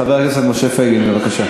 חבר הכנסת משה פייגלין, בבקשה.